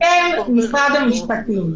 אתם משרד המשפטים,